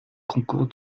concours